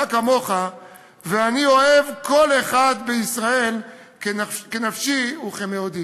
כמוך ואני אוהב כל אחד בישראל כנפשי וכמאודי.